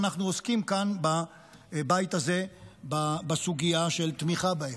ואנחנו עוסקים כאן בבית הזה בסוגיה של תמיכה בהם.